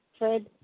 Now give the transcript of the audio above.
Fred